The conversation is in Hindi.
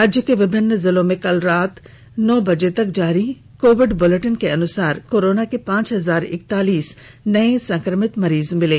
राज्य के विभिन्न जिलों में कल रात नौ बजे तक जारी कोविड ब्लेटिन के अनुसार कोरोना के पांच हजार इकतालीस नए संक्रमित मरीज मिले